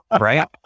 Right